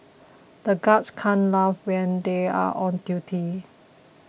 the guards can't laugh when they are on duty